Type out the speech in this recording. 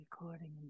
Recording